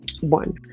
One